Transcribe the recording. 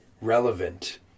relevant